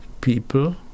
people